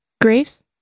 grace